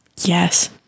Yes